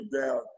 down